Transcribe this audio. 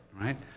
right